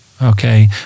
Okay